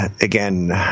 again